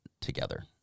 together